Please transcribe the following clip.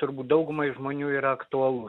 turbūt daugumai žmonių yra aktualu